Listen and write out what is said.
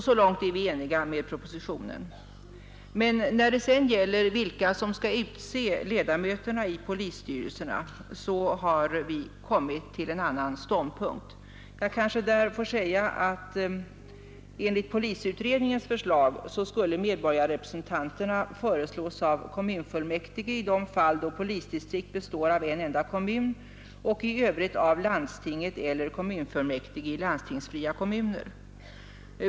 Så långt är vi alltså eniga med propositionen. Men när det sedan gäller vilka som skall utse ledamöterna i polisstyrelserna har vi kommit till en annan ståndpunkt än propositionen. Enligt polisutredningens förslag skulle medborgarrepresentanterna föreslås av kommunfullmäktige i de fall där polisdistrikt består av en enda kommun och i övrigt av landstinget eller kommunfullmäktige i landstingsfria kommuner.